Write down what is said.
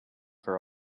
her